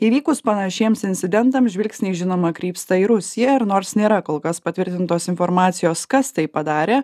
įvykus panašiems incidentams žvilgsniai žinoma krypsta į rusiją ir nors nėra kol kas patvirtintos informacijos kas tai padarė